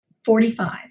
Forty-five